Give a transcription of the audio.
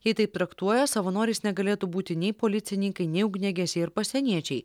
jei taip traktuoja savanoriais negalėtų būti nei policininkai nei ugniagesiai ir pasieniečiai